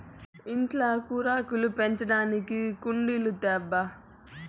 ఇంట్ల కూరాకులు పెంచడానికి కుండీలు తేబ్బా